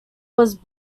was